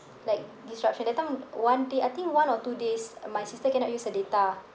like disruption that time one day I think one or two days my sister cannot use her data